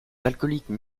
alcooliques